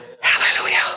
Hallelujah